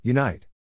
Unite